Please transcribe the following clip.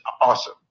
awesome